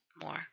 more